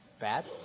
Bad